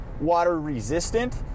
water-resistant